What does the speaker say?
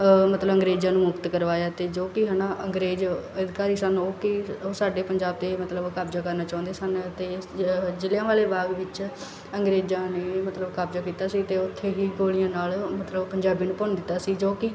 ਮਤਲਬ ਅੰਗਰੇਜ਼ਾਂ ਨੂੰ ਮੁਕਤ ਕਰਵਾਇਆ ਅਤੇ ਜੋ ਕਿ ਹੈ ਨਾ ਅੰਗਰੇਜ਼ ਅਧਿਕਾਰੀ ਸਾਨੂੰ ਓ ਕੀ ਉਹ ਸਾਡੇ ਪੰਜਾਬ 'ਤੇ ਮਤਲਬ ਕਬਜਾ ਕਰਨਾ ਚਾਹੁੰਦੇ ਸਨ ਅਤੇ ਜ ਜਲ੍ਹਿਆਂਵਾਲੇ ਬਾਗ ਵਿਚ ਅੰਗਰੇਜ਼ਾਂ ਨੇ ਮਤਲਬ ਕਬਜਾ ਕੀਤਾ ਸੀ ਅਤੇ ਉੱਥੇ ਹੀ ਗੋਲੀਆਂ ਨਾਲ ਮਤਲਬ ਪੰਜਾਬੀਆਂ ਨੂੰ ਭੁੰਨ ਦਿੱਤਾ ਸੀ ਜੋ ਕਿ